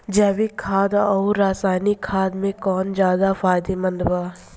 जैविक खाद आउर रसायनिक खाद मे कौन ज्यादा फायदेमंद बा?